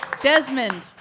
Desmond